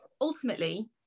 ultimately